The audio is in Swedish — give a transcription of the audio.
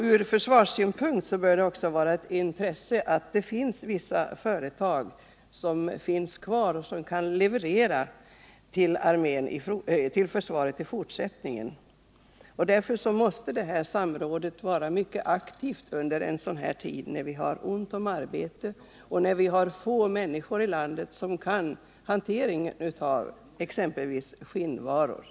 Ur försvarssynpunkt bör det också vara ett intresse att vissa företag finns kvar, som kan leverera till försvaret i fortsättningen. Därför måste detta samråd vara mycket aktivt under en tid när vi har ont om arbete. Det är exempelvis få människor i vårt land som kan hanteringen av skinnvaror.